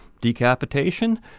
Decapitation